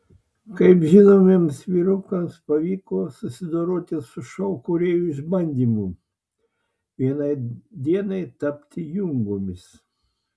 kaip žinomiems vyrukams pavyko susidoroti su šou kūrėjų išbandymu vienai dienai tapti jungomis